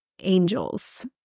angels